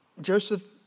Joseph